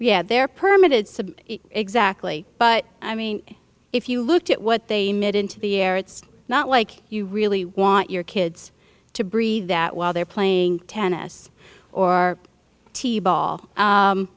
yeah they're permit it exactly but i mean if you looked at what they made into the air it's not like you really want your kids to breathe that while they're playing tennis or t ball